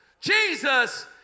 Jesus